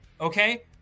okay